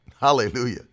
Hallelujah